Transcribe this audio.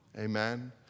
Amen